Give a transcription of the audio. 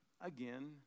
again